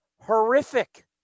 horrific